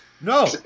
No